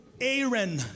Aaron